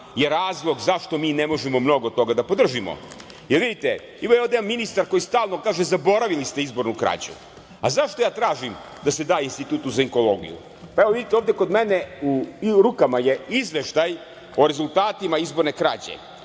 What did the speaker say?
i razlog zašto mi ne možemo mnogo toga da podržimo. Vidite, ima ovde jedan ministar koji stalno kaže – zaboravili ste izbornu krađu. A zašto ja tražim da se da Institutu za onkologiju? Vidite, ovde kod mene u rukama je izveštaj o rezultatima izborne krađe